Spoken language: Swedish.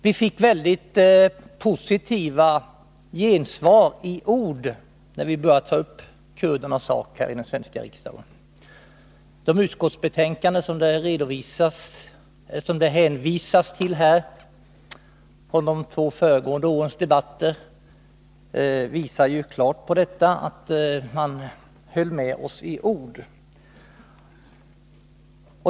Vi fick väldigt positiva gensvar i ord när vi började ta upp kurdernas sak. De utskottsbetänkanden som det hänvisas till och de två föregående årens debatter visar ju klart att man höll med oss i ord.